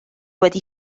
wedi